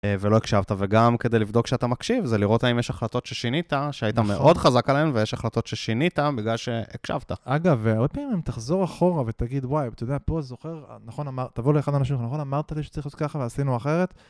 אה ולא הקשבת וגם כדי לבדוק שאתה מקשיב זה לראות האם יש החלטות ששינית שהיית מאוד חזק עליהן ויש החלטות ששינית בגלל שהקשבת. אגב, הרבה פעמים אם תחזור אחורה ותגיד וואי, אתה יודע, פה זוכר, אז נכון אמרת, תבוא לאחד האנשים, נכון אמרת לי שצריך לעשות ככה ועשינו אחרת?